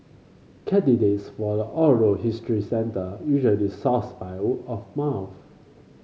candidates for the oral history centre usually sourced by of mouth